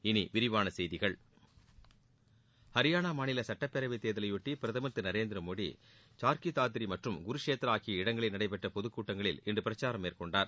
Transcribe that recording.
இனி விரிவான செய்திகள் ஹரியானா மாநில சட்ட் பேரவைத் தேர்தலையாட்டி பிரதமர் திரு நரேந்திரமோடி சார்க்கி தாத்ரி மற்றும் குருஷேத்ரா ஆகிய இடங்களில் நடைபெற்ற பொதுக்கூட்டங்களில் இன்று பிரச்சாரம் மேற்கொண்டார்